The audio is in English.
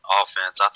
offense